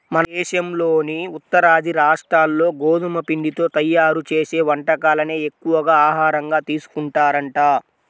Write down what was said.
మన దేశంలోని ఉత్తరాది రాష్ట్రాల్లో గోధుమ పిండితో తయ్యారు చేసే వంటకాలనే ఎక్కువగా ఆహారంగా తీసుకుంటారంట